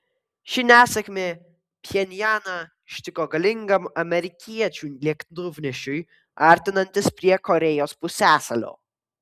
ši nesėkmė pchenjaną ištiko galingam amerikiečių lėktuvnešiui artinantis prie korėjos pusiasalio